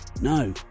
No